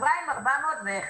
חברה עם 401 מיליון לכלום.